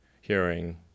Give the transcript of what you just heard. Hearing